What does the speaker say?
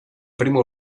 primo